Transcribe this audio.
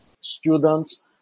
students